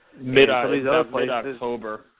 Mid-October